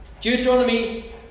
Deuteronomy